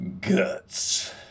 Guts